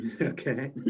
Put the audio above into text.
okay